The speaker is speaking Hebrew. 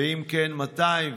2. אם כן, מתי?